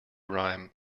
rhyme